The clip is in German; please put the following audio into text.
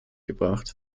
gebracht